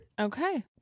Okay